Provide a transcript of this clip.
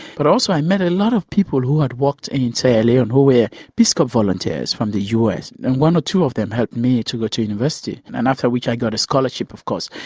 but also i met a lot of people who had worked in sierra leone who were peace corps volunteers from the us, and one or two of them helped me to go to university, and and after which i got a scholarship, of course,